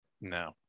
No